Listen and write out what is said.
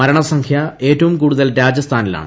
മരണസംഖ്യ ഏറ്റവും കൂടുതൽ രാജസ്ഥനിലാണ്